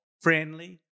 Friendly